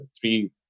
three